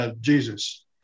Jesus